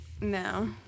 No